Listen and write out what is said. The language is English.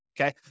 okay